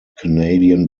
canadian